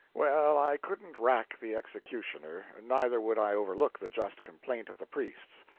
well, i couldn't rack the executioner, neither would i overlook the just complaint of the priests.